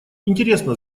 интересно